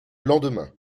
lendemain